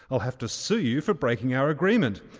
i'll have to sue you for breaking our agreement.